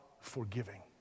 forgiving